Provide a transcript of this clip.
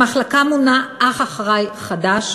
למחלקה מונה אח אחראי חדש,